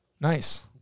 Nice